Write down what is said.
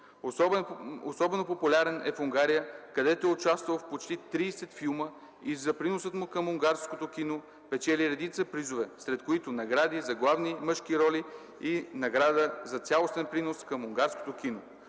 Особено популярен е в Унгария, където е участвал в почти 30 филма и за приноса му към унгарското кино печели редица призове, сред които награди за главни мъжки роли и награда за цялостен принос към унгарското кино.